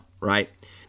right